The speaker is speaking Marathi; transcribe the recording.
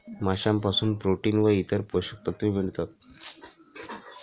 माशांपासून प्रोटीन व इतर पोषक तत्वे मिळतात